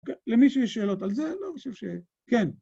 למי שיש שאלות על זה... אני לא חושב ש... כן?